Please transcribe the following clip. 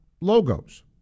logos